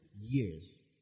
years